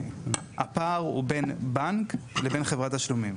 הפער הוא בין בנק לבין חברת תשלומים.